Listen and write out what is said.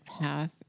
path